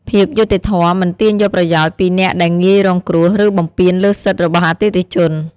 ភាពយុត្តិធម៌ មិនទាញយកប្រយោជន៍ពីអ្នកដែលងាយរងគ្រោះ ឬបំពានលើសិទ្ធិរបស់អតិថិជន។